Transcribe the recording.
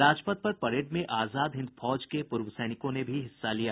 राजपथ पर परेड में आजाद हिंद फौज के पूर्व सैनिकों ने भी हिस्सा लिया